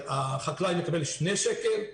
החקלאי מקבל שני שקלים,